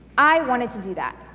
i wanted to do that.